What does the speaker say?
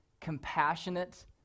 compassionate